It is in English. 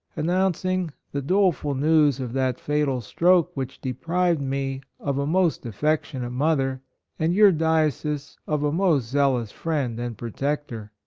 announcing the dole ful news of that fatal stroke which deprived me of a most affectionate mother and your diocese of a most zealous friend and protector.